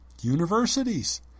universities